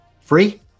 Free